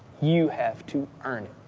you have to earn it.